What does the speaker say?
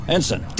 Ensign